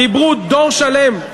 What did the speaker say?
דיברו דור שלם,